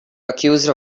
accused